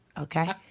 Okay